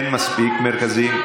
אין מספיק מרכזים,